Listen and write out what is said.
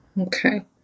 okay